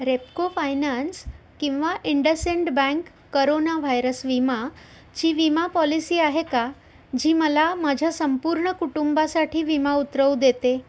Repco finance किंवा IndusInd bank corona virus विमा ची विमा पॉलिसी आहे का जी मला माझ्या संपूर्ण कुटुंबासाठी विमा उतरवू देते